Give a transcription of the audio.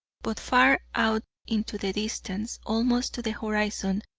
but far out into the distance, almost to the horizon,